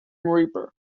reaper